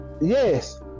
Yes